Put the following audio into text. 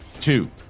Two